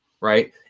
Right